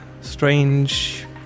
strange